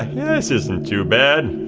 this isn't too bad.